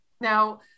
Now